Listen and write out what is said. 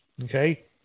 Okay